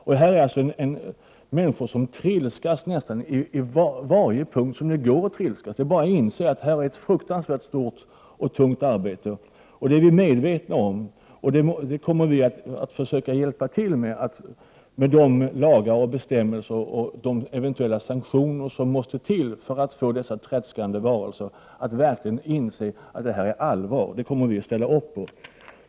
Det är här fråga om människor som trilskas på nästan varje punkt där det går att trilskas. Det är bara att inse att man här har ett fruktansvärt stort och tungt arbete framför sig. Vi är medvetna om detta, och vi kommer att försöka hjälpa till med utformningen av de lagar och bestämmelser och eventuella sanktioner som måste till för att få dessa tredskande personer att verkligen inse allvaret i dessa frågor.